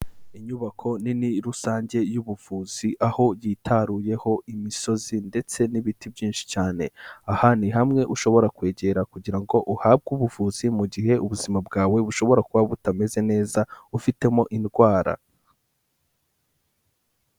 Inyubako nini rusange y'ubuvuzi, aho yitaruyeho imisozi ndetse n'ibiti byinshi cyane, aha ni hamwe ushobora kwegera kugira ngo uhabwe ubuvuzi mu gihe ubuzima bwawe bushobora kuba butameze neza ufitemo indwara.